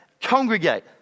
congregate